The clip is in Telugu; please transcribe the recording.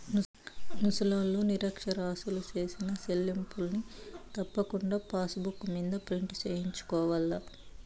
ముసలోల్లు, నిరచ్చరాసులు సేసిన సెల్లింపుల్ని తప్పకుండా పాసుబుక్ మింద ప్రింటు సేయించుకోవాల్ల